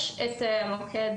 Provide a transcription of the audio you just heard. יש מוקד